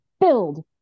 filled